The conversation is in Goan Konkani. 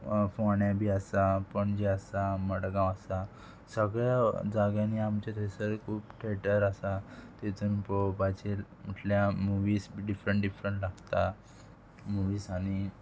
फोण्या बी आसा पणजे आसा मडगांव आसा सगळ्या जाग्यांनी आमचे थंयसर खूब थेटर आसा तेतून पळोवपाचेर म्हटल्यार मुवीज बी डिफरंट डिफरंट लागता मुवीस आनी